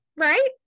right